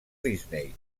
disney